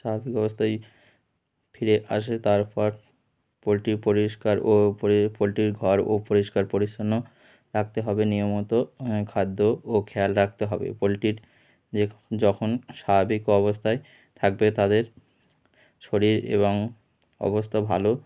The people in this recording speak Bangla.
স্বাভাবিক অবস্থায় ফিরে আসে তারপর পোলট্রি পরিষ্কার ও পোলট্রির ঘরও পরিষ্কার পরিচ্ছন্ন রাখতে হবে নিয়মিত খাদ্য ও খেয়াল রাখতে হবে পোলট্রির যে যখন স্বাভাবিক অবস্থায় থাকবে তাদের শরীর এবং অবস্থা ভালো